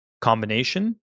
combination